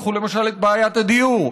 קחו למשל את בעיית הדיור,